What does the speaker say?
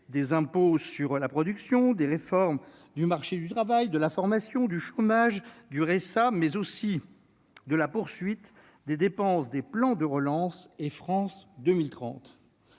des impôts de production, des réformes des retraites, du marché du travail, de la formation, du chômage, du RSA, mais aussi de la poursuite des dépenses des plans France Relance et France 2030.